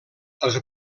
els